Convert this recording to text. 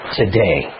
today